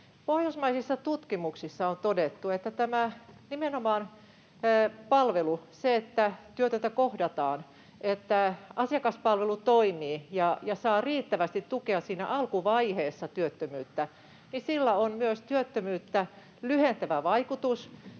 Pohjoismaisissa tutkimuksissa on todettu, että nimenomaan tällä palvelulla, sillä, että työtöntä kohdataan, että asiakaspalvelu toimii ja saa riittävästi tukea siinä alkuvaiheessa työttömyyttä, on myös työttömyyttä lyhentävä vaikutus,